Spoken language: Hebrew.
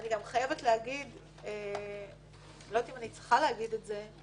אני לא יודעת אם אני צריכה להגיד את זה אבל